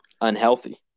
unhealthy